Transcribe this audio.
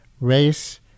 Race